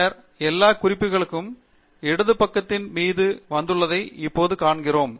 பின்னர் எல்லா குறிப்புகளும் இடது பக்கத்தின் மீது வந்துள்ளதை இப்போது காண்கிறோம்